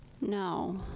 no